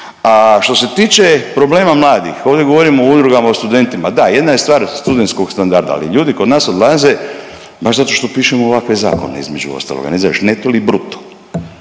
a što se tiče problema mladih, ovdje govorimo o udrugama, o studentima, da, jedna je stvar studentskog standarda, ali ljudi kod nas odlaze baš zato što pišemo ovakve zakone, između ostaloga, ne znaš je li neto